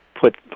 put